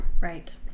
right